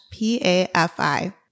PAFI